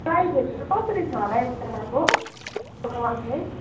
प्राइसहरू चाहिँ कसरी छ होला है एकजनाको फोर हन्ड्रेड